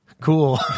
cool